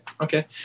okay